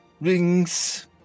rings